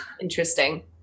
Interesting